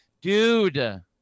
dude